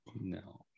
No